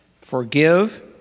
Forgive